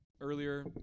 earlier